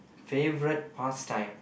favourite past time